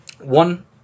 One